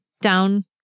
down